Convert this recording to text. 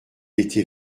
était